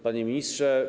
Panie Ministrze!